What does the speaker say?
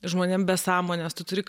žmonėm be sąmonės tu turi